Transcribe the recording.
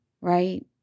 right